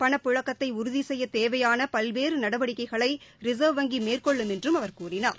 பணப்பழக்கத்தைஉறுதிசெய்யதேவையானபல்வேறுநடவடிக்கைகளைிச்வ் வங்கிமேற்கொள்ளும் என்றும் அவர் கூறினார்